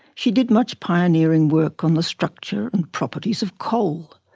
she did much pioneering work on the structure and properties of coal,